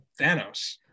Thanos